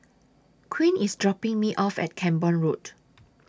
Quint IS dropping Me off At Camborne Road